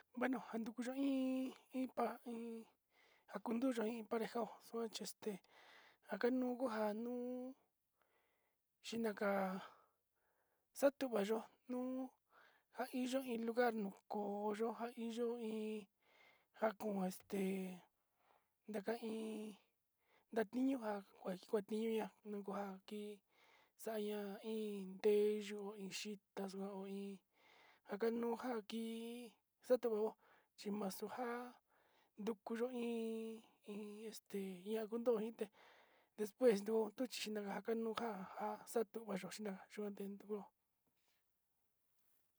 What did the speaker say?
Bueno njandukuña iin, iin pa'a iin, njakundo yo iin pareja onchexte njakanunja nuu xhinanga xatuvaña nuu njainya iin lungar koyonja iin yo'o iin njakon este, ndaka iin ndatiño njan kuaji katiña kua njin xaña iin teyuu iin xita xo'o iin njanu nja kii, xató chima'a xuu nja ndukuyo iin, iin este njanku xité despues nuu kuu xhitanga nuu nja nja xatuva xuu tina xuu atento.